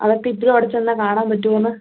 അതൊക്കെ ഇത്തിരി ഓടി ചെന്നാൽ കാണാൻ പറ്റുമോന്നാ